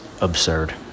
absurd